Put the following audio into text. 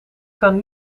kan